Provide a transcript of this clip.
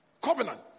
Covenant